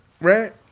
right